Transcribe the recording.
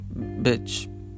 bitch